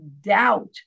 doubt